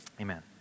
Amen